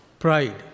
Pride